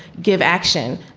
give action.